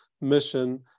mission